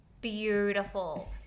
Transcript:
beautiful